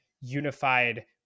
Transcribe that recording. unified